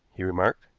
he remarked.